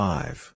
Five